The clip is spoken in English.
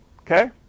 okay